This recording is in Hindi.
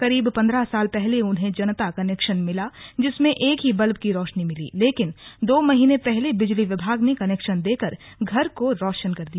करीब पन्द्रह साल पहले उन्हें जनता कनेक्शन मिला जिसमें एक ही बल्ब की रोशनी मिली लेकिन दो महीने पहले बिजली विभाग ने कनेक्शन देकर घर को रोशन कर दिया